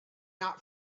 not